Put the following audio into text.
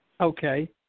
Okay